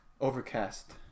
Overcast